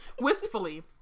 Wistfully